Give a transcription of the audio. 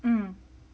mm